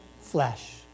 Flesh